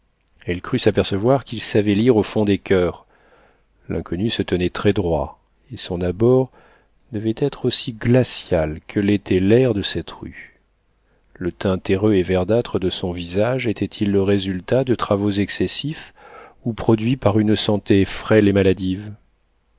elle crut s'apercevoir qu'il savait lire au fond des coeurs l'inconnu se tenait très droit et son abord devait être aussi glacial que l'était l'air de cette rue le teint terreux et verdâtre de son visage était-il le résultat de travaux excessifs ou produit par une santé frêle et maladive